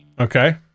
Okay